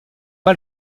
pas